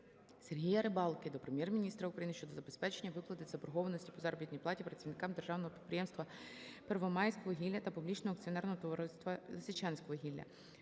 Сергія Рибалки до Прем'єр-міністра України щодо забезпечення виплати заборгованості по заробітній платі працівникам Державного підприємства "Первомайськвугілля" та Публічного акціонерного товариства "Лисичанськвугілля".